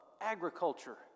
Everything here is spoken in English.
agriculture